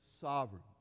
sovereign